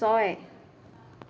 ছয়